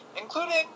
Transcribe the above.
including